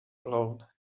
alone